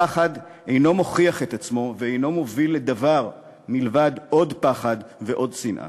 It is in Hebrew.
הפחד אינו מוכיח את עצמו ואינו מוביל לדבר מלבד עוד פחד ועוד שנאה.